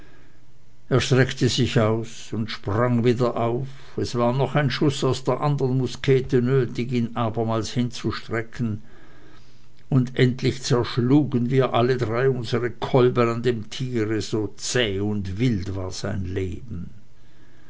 streckte sich aus und sprang wieder auf es war noch der schuß aus der anderen muskete nötig ihn abermals hinzustrecken und endlich zerschlugen wir alle drei unsere kolben an dem tiere so zäh und wild war sein leben